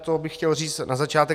To bych chtěl říct na začátek.